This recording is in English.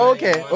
Okay